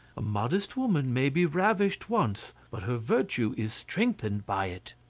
a modest woman may be ravished once, but her virtue is strengthened by it.